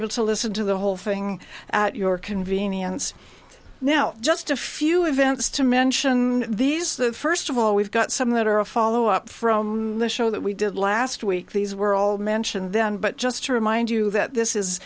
able to listen to the whole thing at your convenience now just a few events to mention these the first of all we've got some that are a follow up from the show that we did last week these were all mentioned then but just to remind you that this is